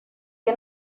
que